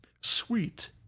sweet